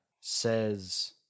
says